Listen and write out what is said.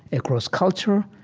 across culture,